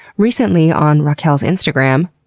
recently on raquel's instagram,